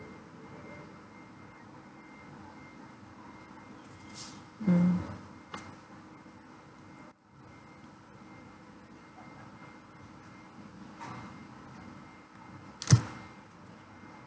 mm